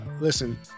Listen